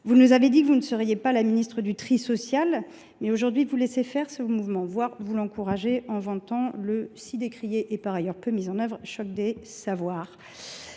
Vous nous avez dit que vous ne seriez pas la ministre du tri social, mais vous laissez faire le mouvement, voire vous l’encouragez en vantant le si décrié et par ailleurs peu mis en œuvre « choc des savoirs